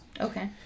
Okay